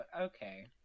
okay